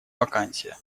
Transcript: вакансия